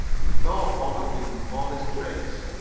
he thought bob had given up all his tricks,